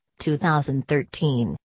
2013